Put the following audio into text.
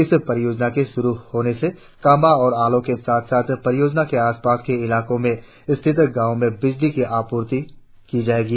इस परियोजना के शुरु होने से काम्बा और आलो के साथ साथ परियोजना के आसपास के इलाकों में स्थित गाव में बिजली की आपूर्ति का जायेगी